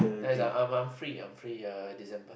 there I'm I'm free I'm free err December